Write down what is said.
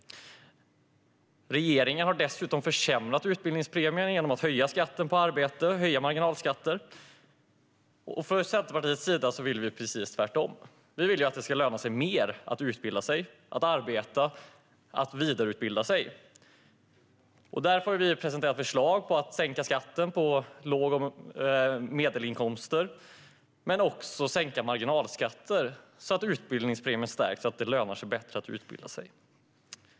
Regeringen har dessutom försämrat utbildningspremien genom att höja skatten på arbete och marginalskatterna. Från Centerpartiets sida vill vi att det ska vara precis tvärtom. Vi vill att det ska löna sig mer att utbilda sig, att arbeta och att vidareutbilda sig. Därför har vi presenterat förslag på att sänka skatten på låga inkomster och medelinkomster. Men vi vill också sänka marginalskatter så att utbildningspremien stärks och det lönar sig bättre att utbilda sig.